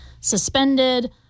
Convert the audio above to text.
suspended